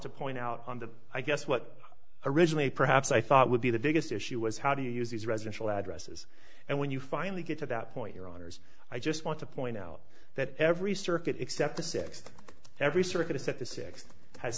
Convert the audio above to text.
to point out on the i guess what originally perhaps i thought would be the biggest issue was how do you use these residential addresses and when you finally get to that point your honour's i just want to point out that every circuit except the six every circuit is set the sixth has